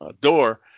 door